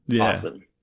Awesome